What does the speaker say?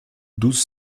douze